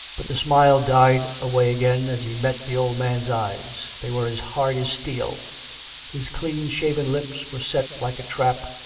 but the smile died away again, as he met the old man's eyes they were as hard as steel his clean-shaven lips were set like a trap,